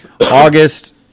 August